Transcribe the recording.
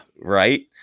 right